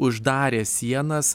uždarė sienas